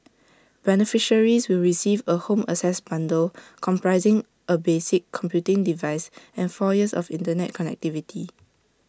beneficiaries will receive A home access bundle comprising A basic computing device and four years of Internet connectivity